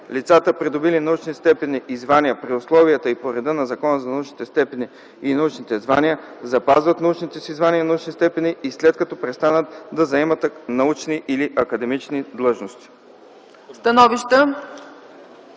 Лицата, придобили научни степени и звания при условията и по реда на Закона за научните степени и научните звания, запазват научните си звания и научните степени и след като престанат да заемат научни или академични длъжности.”